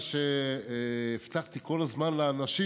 מה שהבטחתי כל הזמן לאנשים: